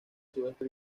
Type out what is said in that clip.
sudeste